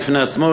בפני עצמו,